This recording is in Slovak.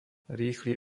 rýchly